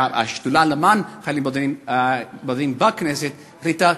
והשדולה למען חיילים בודדים בכנסת החליטה,